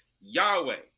Yahweh